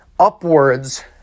Upwards